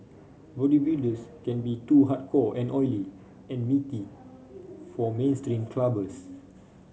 bodybuilders can be too hardcore and oily and meaty for mainstream clubbers